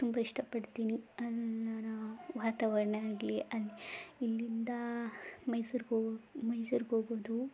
ತುಂಬ ಇಷ್ಟಪಡ್ತೀನಿ ಅಲ್ಲಿನ ವಾತಾವರಣ ಆಗಲಿ ಇಲ್ಲಿಂದ ಮೈಸೂರಿಗೆ ಹೋಗೋ ಮೈಸೂರಿಗೆ ಹೋಗೋದು